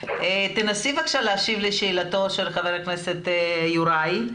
תנסי, בבקשה, להשיב לשאלות של חבר הכנסת יוראי,